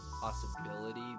possibility